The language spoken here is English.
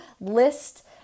list